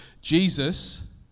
Jesus